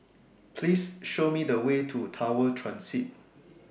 Please Show Me The Way to Tower Transit